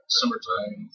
summertime